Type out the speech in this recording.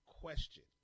question